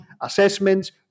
assessments